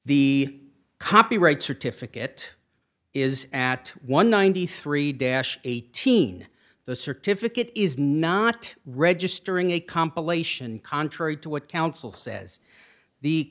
the copyright certificate is at one hundred and ninety three dash eighteen the certificate is not registering a compilation contrary to what council says the